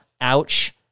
Ouch